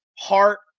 heart